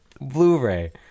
Blu-ray